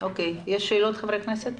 חברי הכנסת.